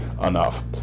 enough